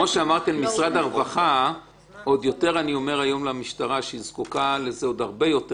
כמו שאמרתי למשרד הרווחה אני אומר עוד יותר היום